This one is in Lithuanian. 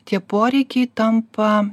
tie poreikiai tampa